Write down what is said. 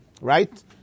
right